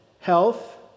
health